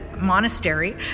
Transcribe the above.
monastery